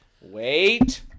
Wait